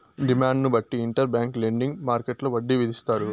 డిమాండ్ను బట్టి interbank lending మార్కెట్టులో వడ్డీ విధిస్తారు